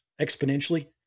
exponentially